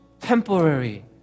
Temporary